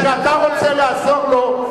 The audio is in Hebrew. שאתה רוצה לעזור לו,